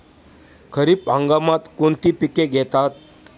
खरीप हंगामात कोणती पिके घेतात?